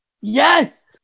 Yes